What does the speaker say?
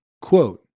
quote